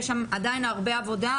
יש שם עדיין הרבה עבודה,